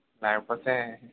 లేకపోతే